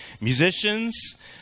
musicians